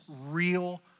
real